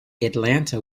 atlanta